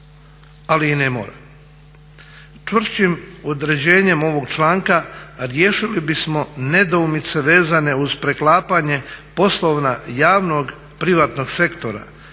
ali i ne mora. Čvršćim određenjem ovog članka riješili bismo nedoumice vezane uz preklapanje poslova javnog, privatnog sektora